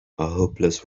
hopeless